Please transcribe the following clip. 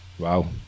wow